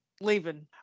Leaving